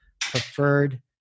preferred